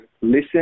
Listen